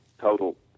total